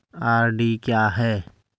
RD क्या है?